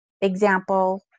Example